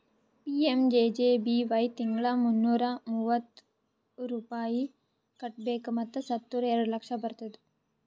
PMJJBY ತಿಂಗಳಾ ಮುನ್ನೂರಾ ಮೂವತ್ತು ರೂಪಾಯಿ ಕಟ್ಬೇಕ್ ಮತ್ ಸತ್ತುರ್ ಎರಡ ಲಕ್ಷ ಬರ್ತುದ್